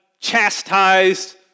chastised